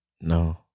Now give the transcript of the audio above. No